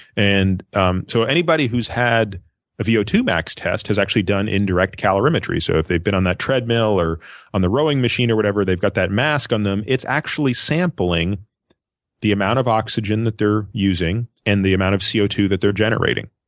and um so anybody who's had a v o two max test has actually done indirect calorimetry. so if they've been on that treadmill or on the rowing machine or whatever, they've got that mask on them. it's actually sampling the amount of oxygen that they're they're using and the amount of c o two that they're generating.